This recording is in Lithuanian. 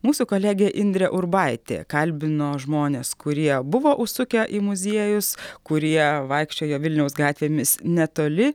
mūsų kolegė indrė urbaitė kalbino žmones kurie buvo užsukę į muziejus kurie vaikščiojo vilniaus gatvėmis netoli